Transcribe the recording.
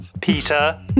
peter